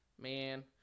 Man